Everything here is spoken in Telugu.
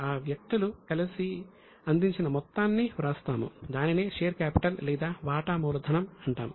ఆ వ్యక్తులు కలిసి అందించిన మొత్తాన్నివ్రాస్తాము దానినే షేర్ క్యాపిటల్ లేదా వాటా మూలధనం అంటాము